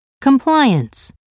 compliance